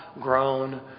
grown